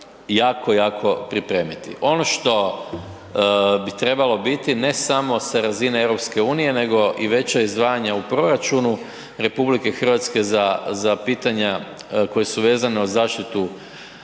jako, jako pripremiti. Ono što bi trebalo biti ne samo sa razine EU nego i veća izdvajanja u proračunu RH za, za pitanja koja su vezana za zaštitu